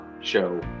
show